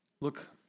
Look